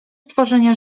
stworzenia